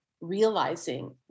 realizing